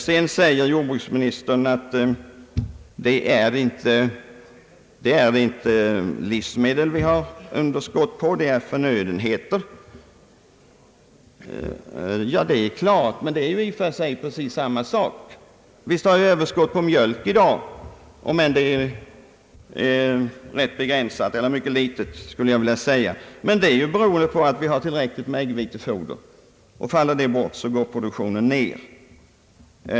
Sedan säger jordbruksministern att det inte är livsmedel vi har underskott på utan att underskottet gäller förnödenheter för livsmedelsproduktion. Ja, men det är i och för sig precis samma sak. Visst har vi ett överskott på mjölk i dag, fast det är ganska litet. Men det överskottet beror på att vi har tillräckligt med äggvitefoder. Faller det bort, går produktionen ner.